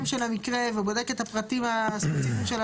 של המקרה ובודק את הפרטים הספציפיים.